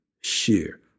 share